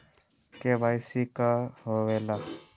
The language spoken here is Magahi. के.वाई.सी का होवेला?